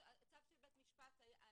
בית משפט.